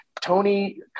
Tony